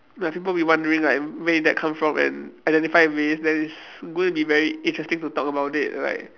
like people will be wondering like where did that come from and identify ways that is going to be very interesting to talk about it like